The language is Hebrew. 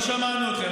לא שמענו אתכם.